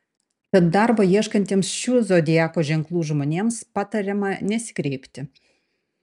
tad darbo ieškantiems šių zodiako ženklų žmonėms patariama nesikreipti